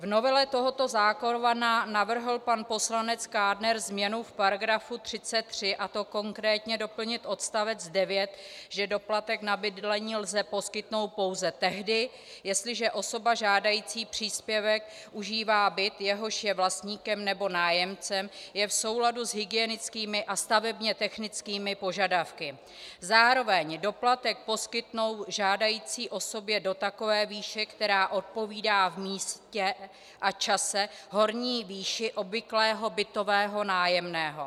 V novele tohoto zákona navrhl pan poslanec Kádner změnu v § 33, a to konkrétně doplnit odst. 9, že doplatek na bydlení lze poskytnout pouze tehdy, jestliže osoba žádající příspěvek užívá byt, jehož je vlastníkem nebo nájemcem, v souladu s hygienickými a stavebně technickými požadavky a zároveň doplatek poskytnout žádající osobě do takové výše, která odpovídá v místě a čase horní výši obvyklého bytového nájemného.